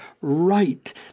right